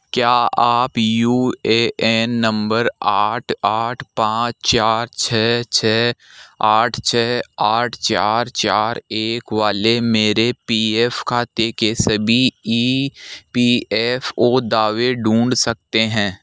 क्या आप U A N number आठ आठ पाँच चार छह छह आठ छह आठ चार चार एक वाले मेरे पी एफ़ खाते के सभी ई पी एफ ओ दावे ढूँढ सकते हैं